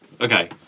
Okay